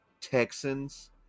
Texans